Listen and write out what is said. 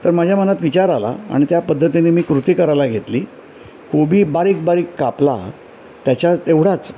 तर माझ्या मनात विचार आला आणि त्या पद्धतीने मी कृती करायला घेतली कोबी बारीक बारीक कापला त्याच्यात एवढाच